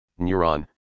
Neuron